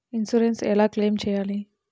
Insurance ఎలా claim చేయాలి?